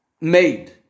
made